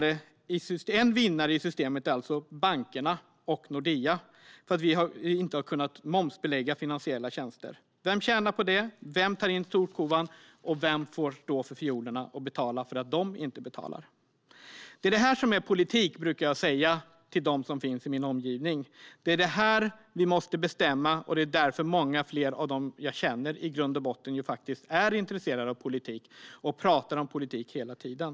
En vinnare i systemet är alltså bankerna och Nordea därför att vi inte har kunnat momsbelägga finansiella tjänster. Vem tjänar på det? Vem drar in storkovan? Och vem får stå för fiolerna och betala för att bankerna inte betalar? Jag brukar säga till dem som finns i min omgivning att det är det här som är politik. Det är det här som vi måste bestämma, och det är därför många fler av dem jag känner i grund och botten är intresserade av politik och pratar om politik hela tiden.